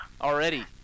Already